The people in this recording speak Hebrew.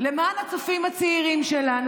למען הצופים הצעירים שלנו,